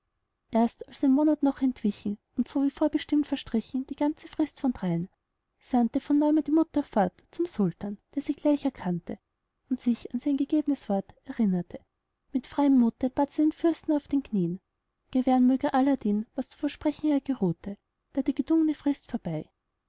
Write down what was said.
erst als ein monat noch entwichen und so wie vorbestimmt verstrichen die ganze frist von dreien sandte von neuem er die mutter fort zum sultan der sie gleich erkannte und sich an sein gegebnes wort erinnerte mit freiem mute bat sie den fürsten auf den knien gewähren mög er aladdin was zu versprechen er geruhte da die bedungne frist vorbei